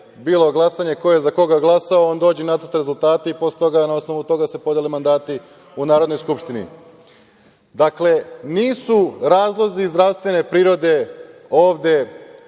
bilo glasanje, ko je za koga glasao, on dođe nacrta rezultate i na osnovu toga se podele mandati u Narodnoj skupštini. Dakle, nisu zbog razloga zdravstvene prirode ovi